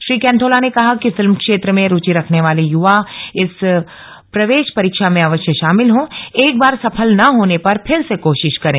श्री कैंथोला ने कहा कि फिल्म क्षेत्र में रूचि रखने वाले यूवा इस प्रवेश परीक्षा में अवश्य शामिल हो एक बार सफल न होने पर फिर से कोशिश करें